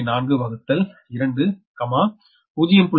4 வகுத்தல் 2 0